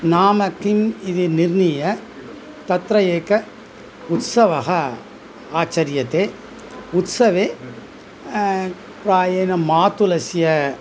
नाम किम् इति निर्णीय तत्र एकः उत्सवः आचर्यते उत्सवे प्रायेण मातुलस्य